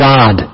God